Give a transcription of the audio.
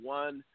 one